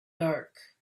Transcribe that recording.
dark